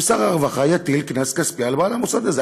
ששר הרווחה יטיל קנס כספי על בעל המוסד הזה.